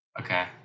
okay